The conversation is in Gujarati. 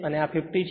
અને આ 50 છે